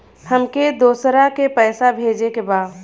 हमके दोसरा के पैसा भेजे के बा?